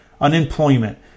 unemployment